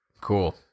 Cool